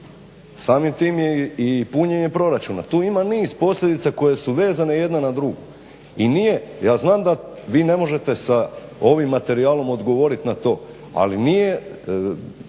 Samim time i je i punjenje proračuna. Tu ima niz posljedica koje su vezane jedna na drugu. I nije, ja znam da vi ne možete sa ovim materijalom odgovoriti na to ali nije,